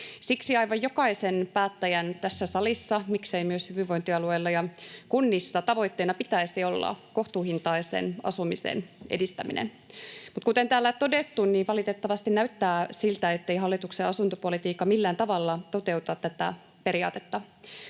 salissa aivan jokaisen päättäjän, miksei myös hyvinvointialueilla ja kunnissa, tavoitteena pitäisi olla kohtuuhintaisen asumisen edistäminen, mutta kuten täällä on todettu, valitettavasti näyttää siltä, ettei hallituksen asuntopolitiikka millään tavalla toteuta tätä periaatetta.